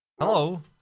Hello